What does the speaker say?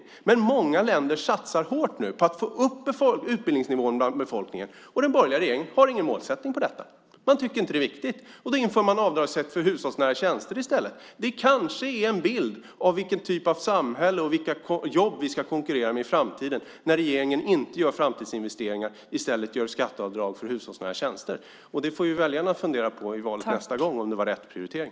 Nu satsar många länder hårt för att få upp utbildningsnivån bland befolkningen, men den borgerliga regeringen har ingen målsättning för detta. De tycker inte att det är viktigt. Det kanske ger en bild av vilken typ av samhälle vi ska ha och med vilka jobb vi ska konkurrera i framtiden när regeringen i stället för att göra framtidsinvesteringar inför skatteavdrag för hushållsnära tjänster. Om det är rätt prioritering får väl väljarna fundera på i samband med nästa val.